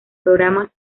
programas